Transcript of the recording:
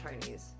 Chinese